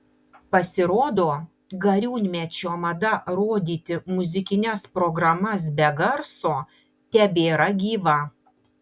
pasirodo gariūnmečio mada rodyti muzikines programas be garso tebėra gyva